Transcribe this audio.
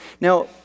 Now